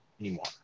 anymore